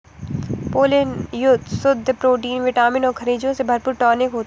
pollen शुद्ध protein vitamin और खनिजों से भरपूर टॉनिक होता है